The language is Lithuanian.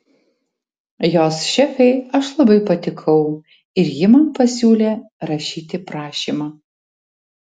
jos šefei aš labai patikau ir ji man pasiūlė rašyti prašymą